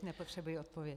Nepotřebuji odpověď.